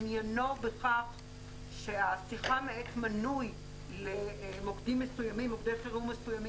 עניינו בכך שהשיחה מאת מנוי למוקדים מסוימים,